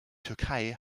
türkei